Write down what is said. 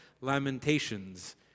Lamentations